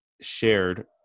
shared